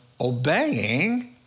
obeying